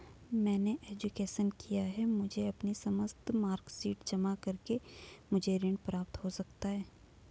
मैंने ग्रेजुएशन किया है मुझे अपनी समस्त मार्कशीट जमा करके मुझे ऋण प्राप्त हो सकता है?